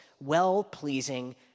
well-pleasing